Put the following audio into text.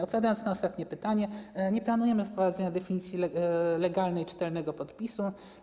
Odpowiadając na ostatnie pytanie: nie planujemy wprowadzenia definicji legalnej czytelnego podpisu.